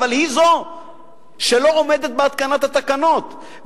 אבל היא זו שלא עומדת בהתקנת התקנות,